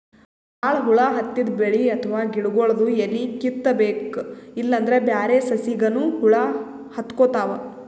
ಭಾಳ್ ಹುಳ ಹತ್ತಿದ್ ಬೆಳಿ ಅಥವಾ ಗಿಡಗೊಳ್ದು ಎಲಿ ಕಿತ್ತಬೇಕ್ ಇಲ್ಲಂದ್ರ ಬ್ಯಾರೆ ಸಸಿಗನೂ ಹುಳ ಹತ್ಕೊತಾವ್